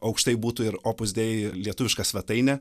aukštai būtų ir opus dei lietuviška svetainė